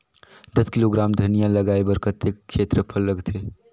दस किलोग्राम धनिया लगाय बर कतेक क्षेत्रफल लगथे?